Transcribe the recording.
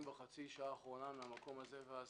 בחצי השעה האחרונה מהמקום הזה והזה,